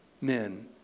men